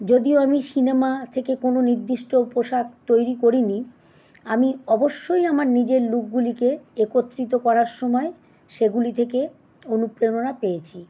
যদিও আমি সিনেমা থেকে কোনো নির্দিষ্ট পোশাক তৈরি করিনি আমি অবশ্যই আমার নিজের লুকগুলিকে একত্রিত করার সময় সেগুলি থেকে অনুপ্রেরণা পেয়েছি